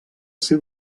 seu